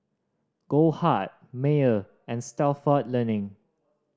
Goldheart Mayer and Stalford Learning